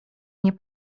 nie